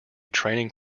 training